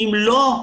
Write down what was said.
אם לא,